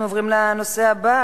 אנחנו עוברים לנושא הבא